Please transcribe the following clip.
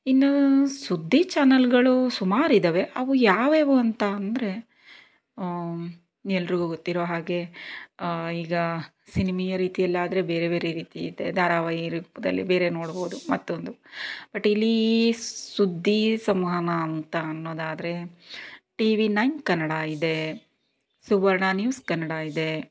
ಇನ್ನು ಸುದ್ದಿ ಚಾನಲ್ಗಳು ಸುಮಾರು ಇದ್ದಾವೆ ಅವು ಯಾವ್ಯಾವು ಅಂತ ಅಂದರೆ ಎಲ್ಲರಿಗೂ ಗೊತ್ತಿರೊ ಹಾಗೆ ಈಗ ಸಿನಿಮೀಯ ರೀತಿಯಲ್ಲಾದರೆ ಬೇರೆ ಬೇರೆ ರೀತಿ ಇದೆ ಧಾರವಾಹಿ ರೂಪದಲ್ಲಿ ಬೇರೆ ನೋಡ್ಬೌದು ಮತ್ತೊಂದು ಬಟ್ ಇಲ್ಲಿ ಸುದ್ದಿ ಸಂವಹನ ಅಂತ ಅನ್ನೋದಾದ್ರೆ ಟಿ ವಿ ನೈನ್ ಕನ್ನಡ ಇದೆ ಸುವರ್ಣ ನ್ಯೂಸ್ ಕನ್ನಡ ಇದೆ